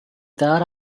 dal